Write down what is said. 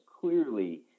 clearly –